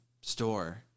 store